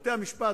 בתי-המשפט,